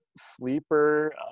sleeper